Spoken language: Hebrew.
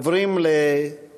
אנחנו עוברים לחקיקה: